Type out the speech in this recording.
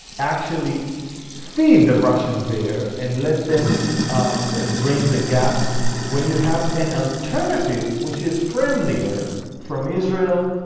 actually feed the russian bear. and let them bring the gas when you have an alternative which is friendlier from israel,